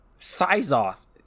Sizoth